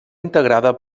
integrada